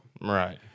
Right